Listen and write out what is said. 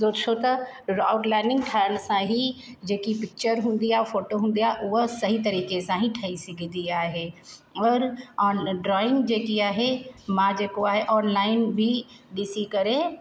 छो त आउटलाइनिंग ठाहिण सां ही जेकी पिचर हूंदी आहे फोटो हूंदी आहे उहा सही तरीक़े सां ही ठही सघंदी आहे और ड्रॉइंग जेकी आहे मां जेको आहे ऑनलाइन बि ॾिसी करे